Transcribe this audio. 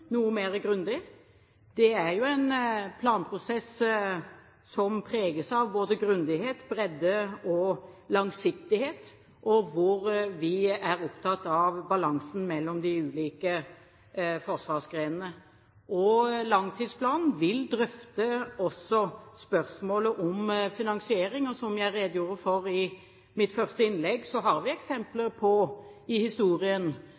noe mer grundig. Det er jo en planprosess som preges av både grundighet, bredde og langsiktighet, og hvor vi er opptatt av balansen mellom de ulike forsvarsgrenene. Langtidsplanen vil også drøfte spørsmålet om finansiering. Som jeg redegjorde for i mitt første innlegg, har vi i historien